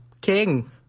king